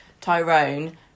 Tyrone